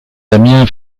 damien